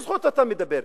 באיזו זכות אתה מדבר?